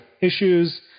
issues